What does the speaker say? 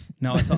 no